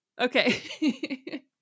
Okay